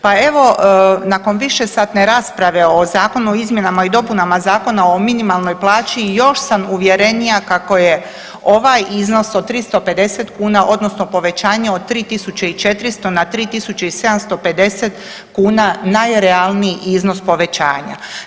Pa evo nakon višesatne rasprave o Zakonu o izmjenama i dopunama Zakona o minimalnoj plaći još sam uvjerenija kako je ovaj iznos od 350 kuna odnosno povećanje od 3.400 na 3.750 kuna najrealniji iznos povećanja.